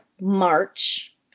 March